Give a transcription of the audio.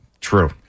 true